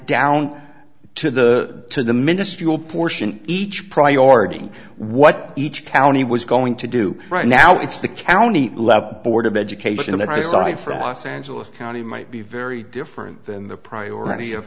down to the to the minuscule portion each priority what each county was going to do right now it's the county board of education and i saw it from los angeles county might be very different than the priority of